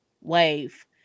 Wave